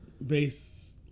Base